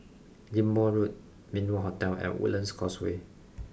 Ghim Moh Road Min Wah Hotel and Woodlands Causeway